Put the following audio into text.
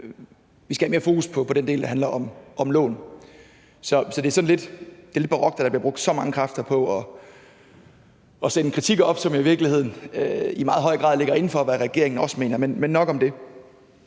og have mere fokus på den del, der handler om lån. Så det er lidt barokt, at der bliver brugt så mange kræfter på at sende en kritik op, som i virkeligheden i meget høj grad ligger inden for, hvad regeringen også mener. Men nok om det.